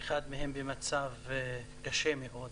אחד מהם במצב קשה מאוד.